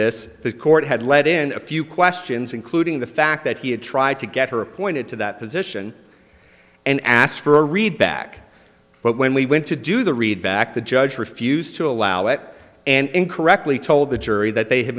this the court had let in a few questions including the fact that he had tried to get her appointed to that position and asked for a read back but when we went to do the read back the judge refused to allow it and incorrectly told the jury that they had